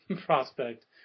prospect